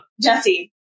Jesse